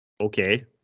okay